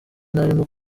ntarimo